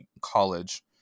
college